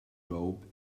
robe